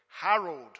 Harold